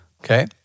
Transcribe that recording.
okay